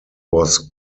was